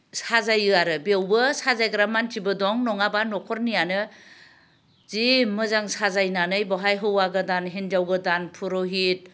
साजायो आरो बेयावबो साजायग्रा मानसिबो दं नङाबा न'खरनियानो जि मोजां साजायनानै बेवहाय हौवा गोदान हिन्जाव गोदान फुर'हित